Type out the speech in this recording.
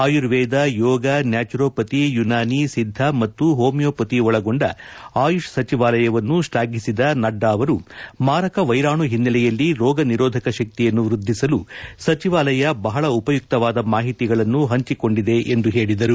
Ayurveda yoga naturopathy Unani Siddha ಮತ್ತು homeopathy ಒಳಗೊಂಡ ಆಯುಷ್ ಸಚಿವಾಲಯವನ್ನು ಶ್ಲಾಘಿಸಿದ ನಡ್ಡಾ ಅವರು ಮಾರಕ ವೈರಾಣು ಹಿನ್ನೆಲೆಯಲ್ಲಿ ರೋಗನಿರೋಧಕ ಶಕ್ತಿಯನ್ನು ವೃದ್ದಿಸಲು ಸಚಿವಾಲಯ ಬಹಳ ಉಪಯುಕ್ತವಾದ ಮಾಹಿತಿಗಳನ್ನು ಹಂಚಿಕೊಂಡಿದೆ ಎಂದು ಹೇಳಿದರು